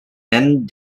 and